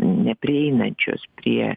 neprieinančios prie